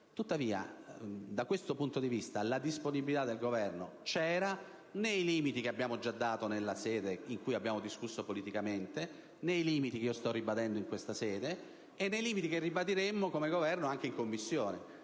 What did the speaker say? Tuttavia, da questo punto di vista la disponibilità del Governo c'era, nei limiti già espressi nella sede in cui abbiamo discusso politicamente della questione, nei limiti che sto ribadendo in questa sede e che ribadiremo come Governo anche in Commissione.